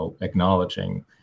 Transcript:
acknowledging